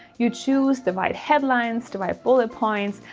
you choose the right headlines. do my bullet points.